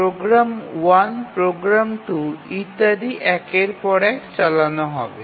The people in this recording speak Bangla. প্রোগ্রাম 1 প্রোগ্রাম 2 ইত্যাদি একের পর এক চালানো হবে